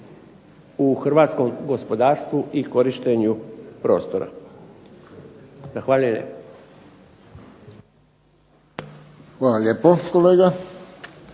u hrvatskom gospodarstvu i korištenju prostora. Zahvaljujem. **Friščić, Josip